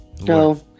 No